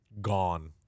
Gone